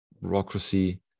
bureaucracy